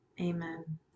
amen